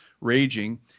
raging